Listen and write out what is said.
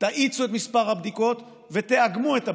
תגדילו את מספר הבדיקות ותאגמו את הבדיקות.